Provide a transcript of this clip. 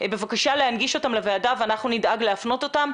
בבקשה להנגיש אותם לוועדה ואנחנו נדאג להפנות אותם